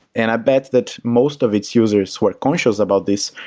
and i bet that most of its users were conscious about this,